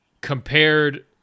compared